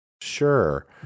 Sure